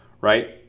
Right